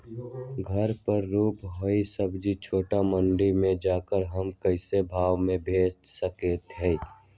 घर पर रूपा हुआ सब्जी छोटे मंडी में जाकर हम किस भाव में भेज सकते हैं?